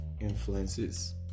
influences